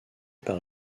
par